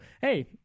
hey